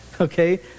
okay